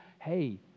hey